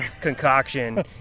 concoction